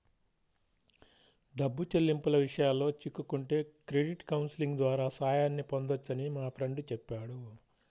డబ్బు చెల్లింపుల విషయాల్లో చిక్కుకుంటే క్రెడిట్ కౌన్సిలింగ్ ద్వారా సాయాన్ని పొందొచ్చని మా ఫ్రెండు చెప్పాడు